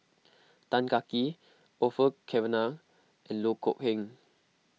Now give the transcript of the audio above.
Tan Kah Kee Orfeur Cavenagh and Loh Kok Heng